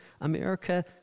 America